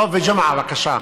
דב וג'מעה, בבקשה,